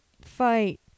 Fight